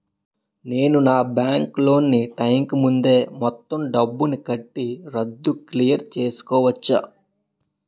నేను నా bank loan నీ టైం కీ ముందే మొత్తం డబ్బుని కట్టి రద్దు క్లియర్ చేసుకోవచ్చా?